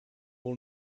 will